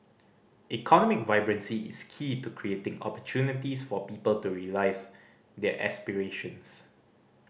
economic vibrancy is key to creating opportunities for people to realise their aspirations